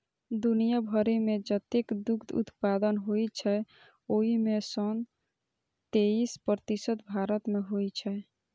दुनिया भरि मे जतेक दुग्ध उत्पादन होइ छै, ओइ मे सं तेइस प्रतिशत भारत मे होइ छै